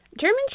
German